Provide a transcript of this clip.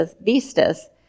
vistas